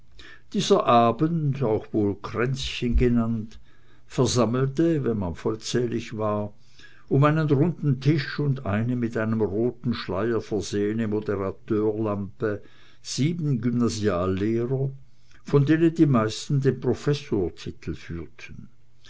dieser abend auch wohl kränzchen genannt versammelte wenn man vollzählig war um einen runden tisch und eine mit einem roten schleier versehene moderateurlampe sieben gymnasiallehrer von denen die meisten den professortitel führten